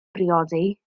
briodi